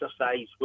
exercise